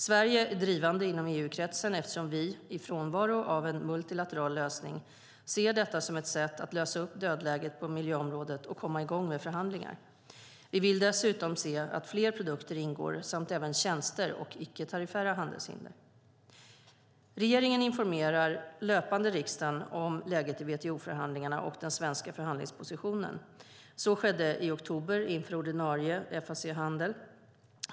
Sverige är drivande inom EU-kretsen, eftersom vi i frånvaro av en multilateral lösning ser detta som ett sätt att lösa upp dödläget på miljöområdet och komma i gång med förhandlingar. Vi vill dessutom se att fler produkter ingår samt även tjänster och icke-tariffära handelshinder. Regeringen informerar löpande riksdagen om läget i WTO-förhandlingarna och den svenska förhandlingspositionen. Så skedde i oktober inför ordinarie FAC handel.